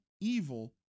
evil